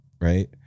right